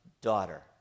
daughter